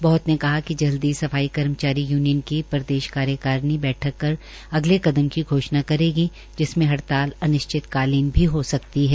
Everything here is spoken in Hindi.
बोहत ने कहा कि जल्द ही सफाई कर्मचारी यूनियन की प्रदेश कार्यकारिणी बैठक कर अगले कदम की घोषणा करेगी जिसमें हड़ताल अनिश्चित कालीन भी हो सकती है